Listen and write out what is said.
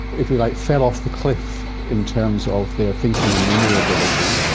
if you like, fell off the cliff in terms of their thinking and memory ability,